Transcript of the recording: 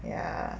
ya